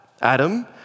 Adam